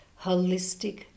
holistic